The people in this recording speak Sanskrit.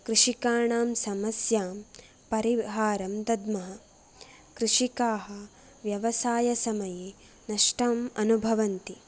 कृषिकाणां समस्यां परिहारं दद्मः कृषिकाः व्यवसायसमये नष्टम् अनुभवन्ति